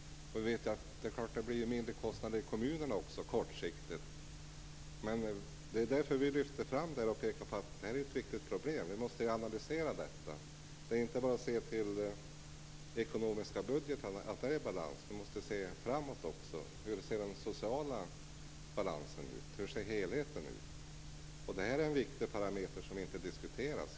Det är klart att det också blir mindre kostnader för kommunerna kortsiktigt. Vi tycker att det är ett viktigt problem som behöver analyseras. Det gäller inte bara att se till att budgeten är i balans, utan vi måste också se framåt. Hur ser den sociala balansen ut, och hur ser helheten ut? Det här är en viktig parameter som inte diskuteras.